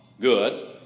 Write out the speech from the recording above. good